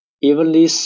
evenly